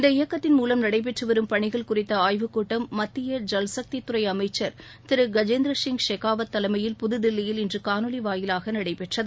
இந்த இயக்கத்தின் மூலம் நடைபெற்று வரும் பணிகள் குறித்த ஆய்வுக் கூட்டம் மத்திய ஜல்சக்தித்துறை அமைச்சர் திரு கஜேந்திரசிங் ஷெஹாவத் தலைமையில் புதுதில்லியில் இன்று காணொலி வாயிலாக நடைபெற்றது